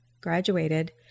graduated